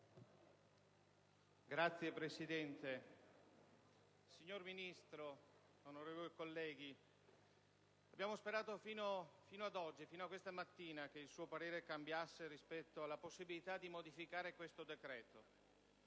Signor Presidente, signor Ministro, onorevoli colleghi, abbiamo sperato fino a questa mattina che il suo parere cambiasse rispetto alla possibilità di modificare lo schema